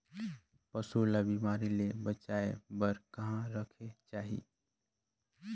पशु ला बिमारी ले बचाय बार कहा रखे चाही?